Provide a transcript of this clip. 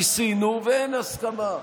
ניסינו ואין הסכמה,